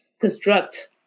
construct